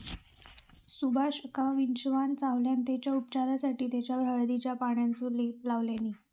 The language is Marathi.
सुभाषका विंचवान चावल्यान तेच्या उपचारासाठी तेच्यावर हळदीच्या पानांचो लेप लावल्यानी